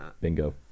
Bingo